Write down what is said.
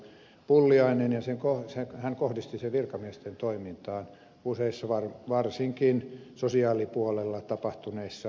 pulliainen ja hän kohdisti sen virkamiesten toimintaan useissa varsinkin sosiaalipuolella tapahtuneissa ratkaisuissa ja päätöksissä